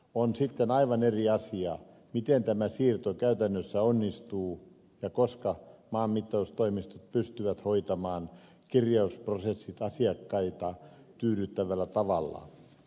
on sitten aivan eri asia miten tämä siirto käytännössä onnistuu ja koska maanmittaustoimistot pystyvät hoitamaan kirjausprosessit asiakkaita tyydyttävällä tavalla